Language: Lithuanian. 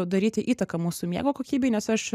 daryti įtaką mūsų miego kokybei nes aš